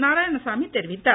நாராயணசாமி தெரிவித்தார்